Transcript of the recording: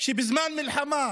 בזמן מלחמה,